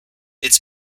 its